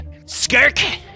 Skirk